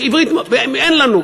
אין לנו,